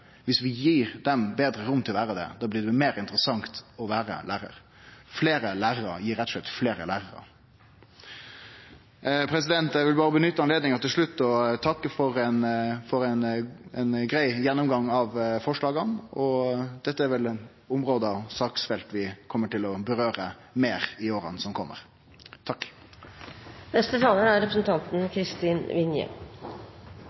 Viss vi gjev dei betre rom til å vere det, så blir det meir interessant å vere lærar. Fleire lærarar gjev rett og slett fleire lærarar. Eg vil berre nytte anledninga til slutt til å takke for ein grei gjennomgang av forslaga. Dette er vel område og saksfelt som vi kjem borti meir i åra som kjem. Før debatten er